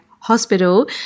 hospital